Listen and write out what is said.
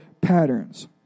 patterns